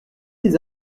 des